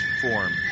form